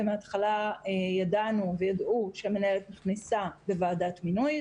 מן ההתחלה ידעו שהמנהלת נכנסה בוועדת מינוי,